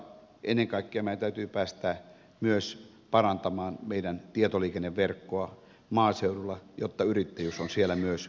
ennen kaikkea meidän täytyy päästä myös parantamaan meidän tietoliikenneverkkoamme maaseudulla jotta yrittäjyys on myös siellä mahdollista